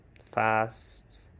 fast